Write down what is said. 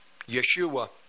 Yeshua